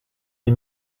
les